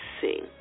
see